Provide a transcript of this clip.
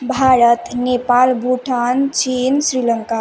भारतः नेपाल् बूठान् चीन् स्रीलङ्का